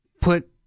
put